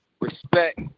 Respect